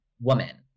woman